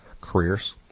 careers